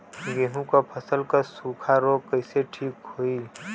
गेहूँक फसल क सूखा ऱोग कईसे ठीक होई?